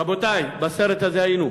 רבותי, בסרט הזה היינו.